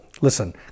Listen